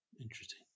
Interesting